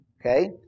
Okay